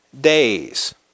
days